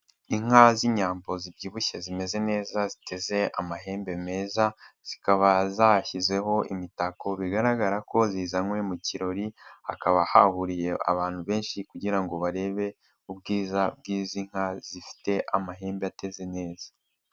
Inka z'inyambo zibyibushye zimeze neza ziteze amahembe meza, zikaba zashyizeho imitako bigaragara ko zizanywe mu kirori, hakaba hahuriye abantu benshi kugira ngo barebe ubwiza bw'izi nka zifite amahembe ateze neza.